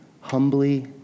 Humbly